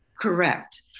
Correct